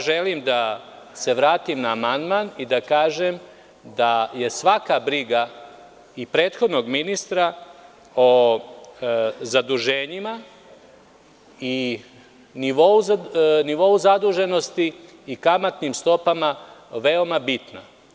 Želim da se vratim na amandman i kažem da je svaka briga i prethodnog ministra o zaduženjima i nivou zaduženosti i kamatnim stopama veoma bitna.